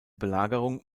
belagerung